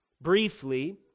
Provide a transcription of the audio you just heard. briefly